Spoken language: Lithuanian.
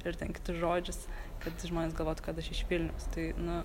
ir ten kitus žodžius kad žmonės galvotų kad aš iš vilniaus tai nu